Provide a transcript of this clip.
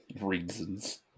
reasons